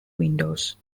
windows